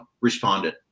responded